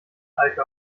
alke